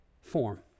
form